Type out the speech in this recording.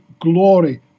glory